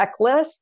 checklist